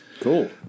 Cool